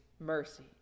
mercy